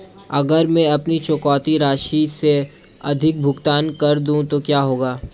यदि मैं अपनी चुकौती राशि से अधिक भुगतान कर दूं तो क्या होगा?